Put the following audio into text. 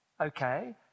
okay